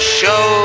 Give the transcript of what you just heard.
show